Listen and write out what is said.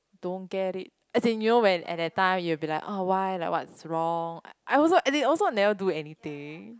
don't get it as in you know when at that time you will be like oh why like what's wrong I also as in also never do anything